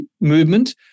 movement